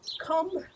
come